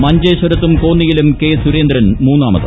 മഞ്ചേശ്വരത്തും കോന്നിയിലും കെ സുരേന്ദ്രൻ മൂന്നാമത്